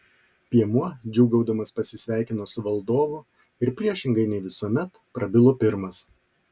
piemuo džiūgaudamas pasisveikino su valdovu ir priešingai nei visuomet prabilo pirmas